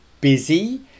busy